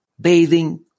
bathing